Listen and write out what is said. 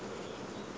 ya I know